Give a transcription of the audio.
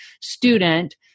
Student